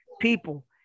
people